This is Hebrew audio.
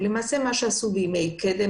זה מה שעשו בימי קדם